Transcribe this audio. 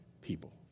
people